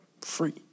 free